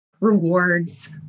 rewards